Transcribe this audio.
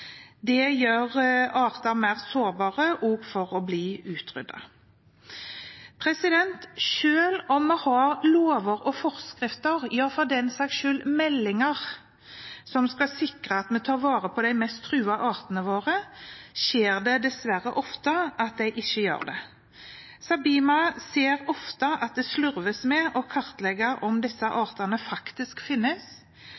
Det gjør arter mer sårbare for å bli utryddet. Selv om vi har lover og forskrifter, ja for den saks skyld meldinger, som skal sikre at vi tar vare på de mest truede artene våre, skjer det dessverre ofte at de ikke gjør det. Sabima ser ofte at det slurves med å kartlegge om disse